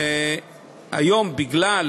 היום, בגלל